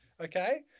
okay